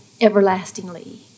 everlastingly